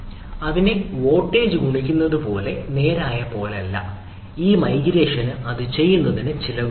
അതിനെ വാട്ടേജിലേക്ക് ഗുണിക്കുന്നത് പോലെ നേരായ പോലെയല്ല ഈ മൈഗ്രേഷന് ഇത് ചെയ്യുന്നതിന് ചിലവുണ്ട്